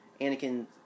Anakin